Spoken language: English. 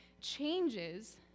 changes